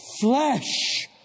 flesh